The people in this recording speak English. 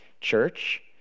church